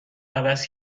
عوض